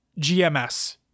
GMS